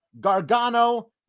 Gargano